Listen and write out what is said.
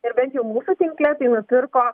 ir bent jau mūsų tinkle tai nupirko